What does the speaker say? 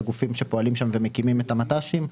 לגופים שפועלים שם ומקימים את המט"שים.